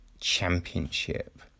championship